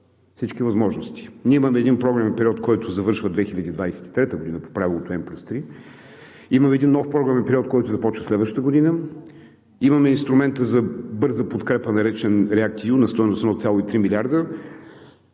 всички възможности. Ние имаме един програмен период, който завършва 2023 г. по правилото М+3; имаме един нов програмен период, който започва следващата година; имаме инструмента за бърза подкрепа, наречен REACT-EU, на стойност 1,3 милиарда,